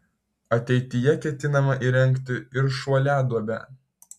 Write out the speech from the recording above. ateityje ketinama įrengti ir šuoliaduobę